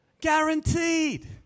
Guaranteed